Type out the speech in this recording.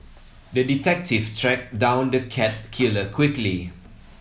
the detective tracked down the cat killer quickly